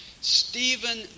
Stephen